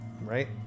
right